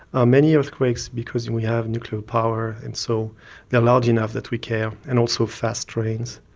ah many earthquakes because we have nuclear power, and so they are large enough that we care, and also fast trains.